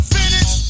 finish